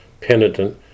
penitent